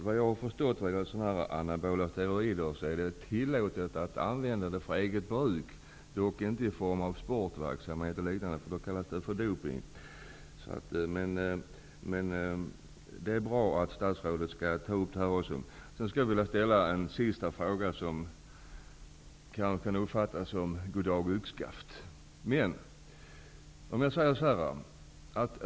Herr talman! Såvitt jag har förstått är anabola steroider tillåtna för eget bruk, dock inte i sportsammanhang och liknande. Då kallas det för dopning. Det är bra att statsrådet undersöker frågan närmare. Jag vill ställa en sista fråga som kanske kan uppfattas litet som goddag yxskaft.